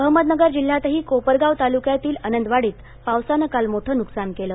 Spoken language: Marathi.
अहमदनगर जिल्ह्यात कोपरगाव तालुक्यातील आनंदवाडीत पावसानं काल मोठं नुकसान झालं